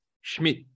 Schmidt